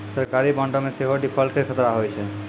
सरकारी बांडो मे सेहो डिफ़ॉल्ट के खतरा होय छै